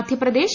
Madhya Pradesh